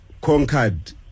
conquered